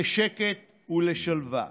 לשקט ולשלווה.